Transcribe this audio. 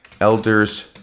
elders